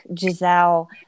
Giselle